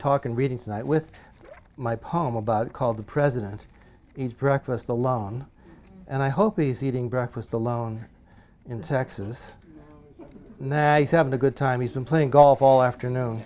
talk and reading tonight with my poem about called the president eat breakfast alone and i hope he's eating breakfast alone in texas nice having a good time he's been playing golf all afternoon